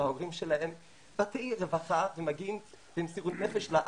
ההורים שלהם ומגיעים במסירות נפש לארץ.